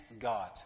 God